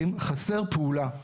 חסר פעולה.